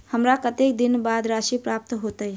हमरा कत्तेक दिनक बाद राशि प्राप्त होइत?